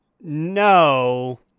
no